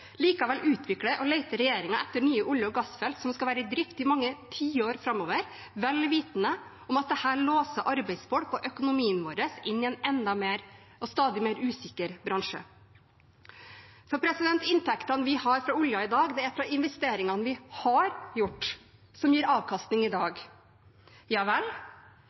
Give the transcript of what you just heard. Likevel utvikler og leter regjeringen etter nye olje- og gassfelt som skal være i drift i mange tiår framover, vel vitende om at dette låser arbeidsfolk og økonomien vår inn i en stadig mer usikker bransje. Inntektene vi har fra oljen i dag, er fra investeringene vi har gjort, som gir avkastning i dag. Ja vel,